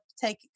take